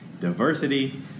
diversity